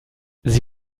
sie